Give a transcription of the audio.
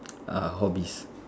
err hobbies